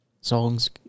songs